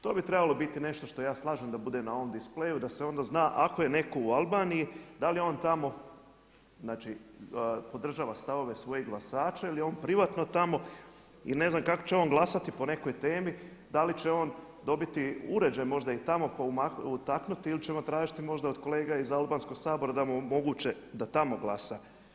To bi trebalo biti nešto što se ja slažem da bude na ovom displeju da se onda zna ako je neko u Albaniji, da li je on tamo podržava stavove svojih glasača ili je on privatno tamo i ne znam kako će on glasati po nekoj temi, da li će on dobiti uređaj možda i tamo pa utaknuti ili ćemo tražiti možda od kolega iz albanskog sabora da mu omoguće da tamo glasa.